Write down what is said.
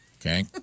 Okay